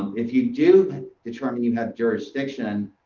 if you do determine you have jurisdiction,